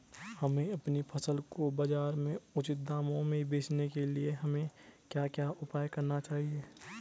हमें अपनी फसल को बाज़ार में उचित दामों में बेचने के लिए हमें क्या क्या उपाय करने चाहिए?